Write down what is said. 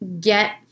get